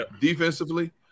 defensively